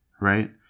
Right